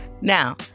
Now